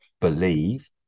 believe